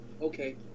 Okay